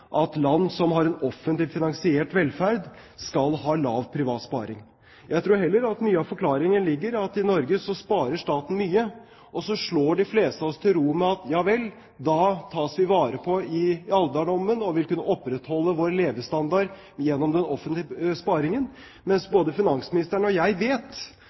at land som har en offentlig finansiert velferd, har lav privat sparing. Jeg tror heller at mye av forklaringen ligger i at i Norge sparer staten mye, og så slår de fleste seg til ro med at ja vel, da tas vi vare på i alderdommen og vi vil kunne opprettholde vår levestandard gjennom den offentlige sparingen. Men både finansministeren og jeg vet